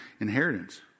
inheritance